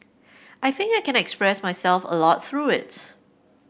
I think I can express myself a lot through it